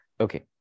Okay